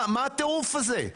מה הטירוף הזה?